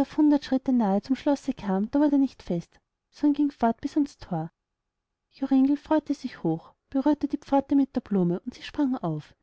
auf hundert schritt nahe zum schloß kam da wurd er nicht fest sondern ging fort bis ans thor joringel freute sich hoch berührte die pforte mit der blume und sie sprang auf